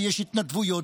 יש התנדבויות,